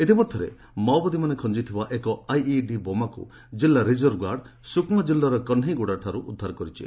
ଇତିମଧ୍ୟରେ ମାଓବାଦୀମାନେ ଖଞ୍ଜିଥିବା ଏକ ଆଇଇଡି ବୋମାକୁ କିଲ୍ଲା ରିଜର୍ଭ ଗାର୍ଡ଼ ସୁକ୍ମା କିଲ୍ଲାର କହ୍ନେଇଗୁଡ଼ାଠାରୁ ଉଦ୍ଧାର କରିଛି